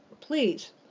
please